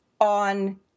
on